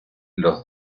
los